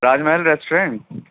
Taj Mahal restaurant